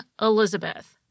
Elizabeth